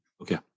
Okay